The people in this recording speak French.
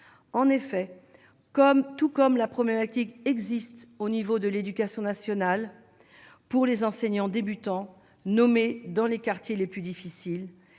en effet, comme tout comme la problématique existent au niveau de l'Éducation nationale pour les enseignants débutants nommés dans les quartiers les plus difficiles,